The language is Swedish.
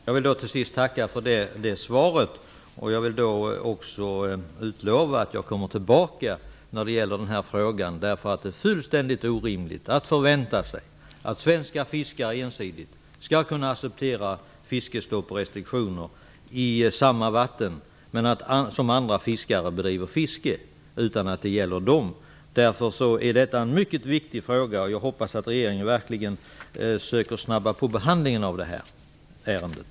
Fru talman! Jag vill till sist tacka för det svaret. Jag vill också utlova att jag kommer tillbaka när det gäller den här frågan. Det är fullständigt orimligt att förvänta sig att svenska fiskare ensidigt skall acceptera fiskestopp och restriktioner i samma vatten som andra fiskare bedriver fiske i. Detta är därför en mycket viktig fråga. Jag hoppas att regeringen verkligen söker snabba på behandlingen av det här ärendet.